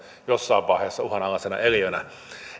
jossain vaiheessa uhanalaisena eliönä